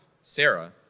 Sarah